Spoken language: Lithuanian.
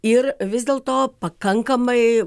ir vis dėlto pakankamai